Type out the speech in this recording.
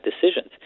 decisions